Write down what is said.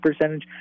percentage